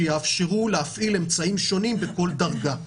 שיאפשרו להפעיל אמצעים שונים בכל דרגה.